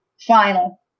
final